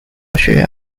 学院